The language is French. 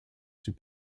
sub